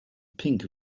pink